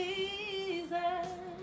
Jesus